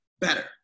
better